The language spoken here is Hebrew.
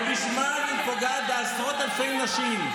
ובשמו היא פוגעת בעשרות אלפי נשים.